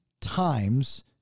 times